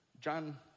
John